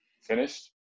finished